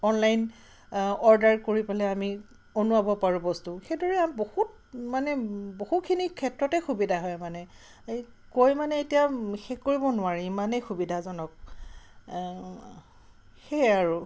online order কৰি পেলাই আমি অনোৱাব পাৰোঁ বস্তু সেইদৰে বহুত মানে বহুখিনি ক্ষেত্ৰতে সুবিধা হয় মানে এই কৈ মানে এতিয়া শেষ কৰিব নোৱাৰি ইমানেই সুবিধাজনক সেইয়াই আৰু